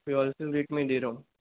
फिर wholesale rate में ही दे रहा हूँ